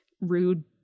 rude